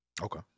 Okay